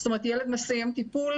זאת אומרת ילד מסיים טיפול,